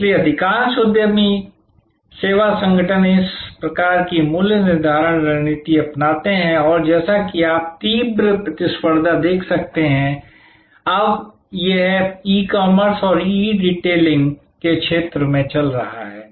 इसलिए अधिकांश उद्यमी सेवा संगठन इस प्रकार की मूल्य निर्धारण रणनीति अपनाते हैं और जैसा कि आप तीव्र प्रतिस्पर्धा देख सकते हैं यह अब ई कॉमर्स और ई रिटेलिंग के क्षेत्र में चल रहा है